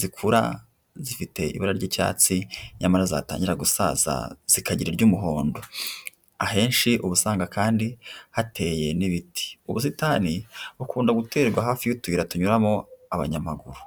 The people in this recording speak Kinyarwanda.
zikura zifite ibara ry'icyatsi, nyamara zatangira gusaza zikagira iry'umuhondo, ahenshi ubusanga kandi hateye n'ibiti, ubusitani bukunda guterwa hafi y'utuyira tunyuramo abanyamaguru.